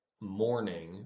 morning